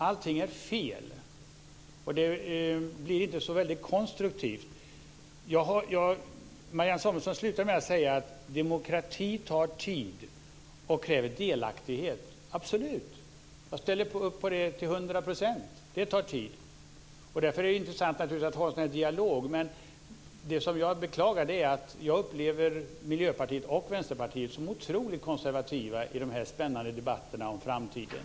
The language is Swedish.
Allting är fel, och det är inte så väldigt konstruktivt. Marianne Samuelsson sade att demokrati tar tid och kräver delaktighet. Absolut - jag ställer mig bakom det till hundra procent. Demokrati tar tid, och därför är det naturligtvis intressant med en dialog. Jag beklagar dock att jag upplever Miljöpartiet och Vänsterpartiet som oerhört konservativa i de här spännande debatterna om framtiden.